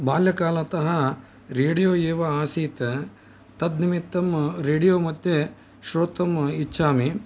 बाल्यकालतः रेडियो एव आसीत् तद् निमित्तं रेडियो मध्ये श्रोतुम् इच्छामि